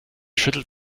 schüttelt